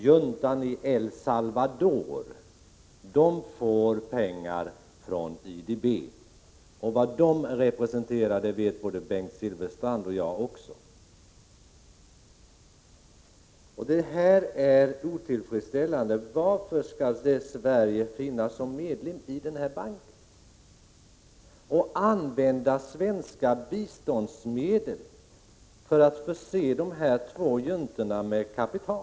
Juntan i El Salvador får också pengar från IDB, och vad den juntan representerar vet både Bengt Silfverstrand och jag. Det här är otillfredsställande. Varför skall Sverige finnas som medlem i denna bank och använda biståndsmedel för att förse dessa två militärjuntor med kapital?